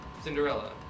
Cinderella